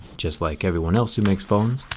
just like everyone else who makes phones.